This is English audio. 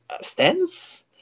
stands